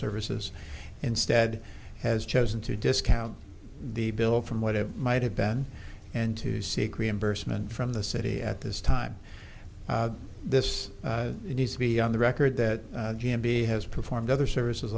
services instead has chosen to discount the bill from whatever might have been and to seek reimbursement from the city at this time this needs to be on the record that g m b has performed other services